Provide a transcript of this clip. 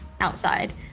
outside